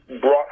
Brought